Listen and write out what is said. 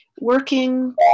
working